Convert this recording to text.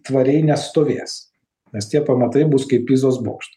tvariai nestovės nes tie pamatai bus kaip pizos bokšto